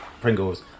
Pringles